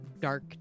dark